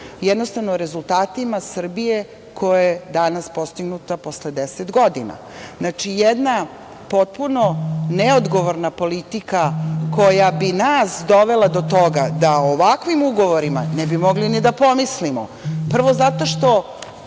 rezultatima Srbije koje je danas postignuto posle 10 godina. Znači, jedna potpuno neodgovorna politika koja bi nas dovela do toga da o ovakvim ugovorima ne bi mogli ni da pomislimo. Prvo, zato što